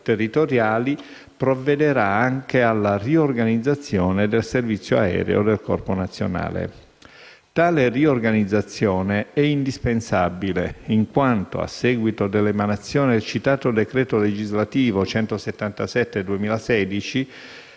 territoriali, provvederà anche alla riorganizzazione del servizio aereo del Corpo nazionale. Tale riorganizzazione è indispensabile, in quanto, a seguito dell'emanazione del citato decreto legislativo n. 177 del 2016,